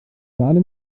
sahne